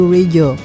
Radio